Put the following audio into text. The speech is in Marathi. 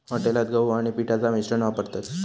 हॉटेलात गहू आणि पिठाचा मिश्रण वापरतत